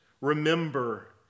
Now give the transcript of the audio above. remember